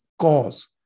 cause